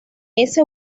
ese